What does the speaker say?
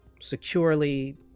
securely